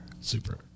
Super